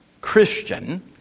Christian